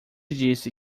disse